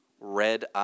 red